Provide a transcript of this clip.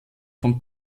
von